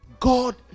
god